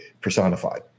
personified